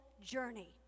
journey